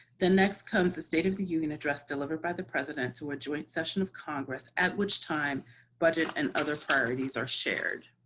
next comes the state of the union address delivered by the president to a joint session of congress, at which time budget and other priorities are shared.